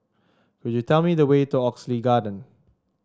could you tell me the way to Oxley Garden